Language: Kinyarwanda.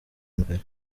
imbere